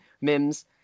mims